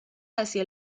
hacia